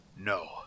No